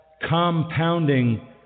compounding